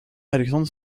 alexandre